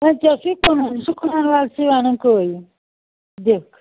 وۅنۍ ژےٚ اوسٕے کٕنُن یہِ چھُ کٕنن وٲلۍسٕے وَنُن کٔہۍ دِکھ